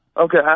Okay